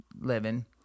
living